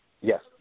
yes